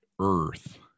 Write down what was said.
earth